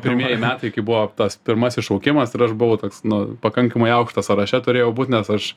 pirmieji metai kai buvo tas pirmasis šaukimas ir aš buvau toks nu pakankamai aukštas sąraše turėjau būt nes aš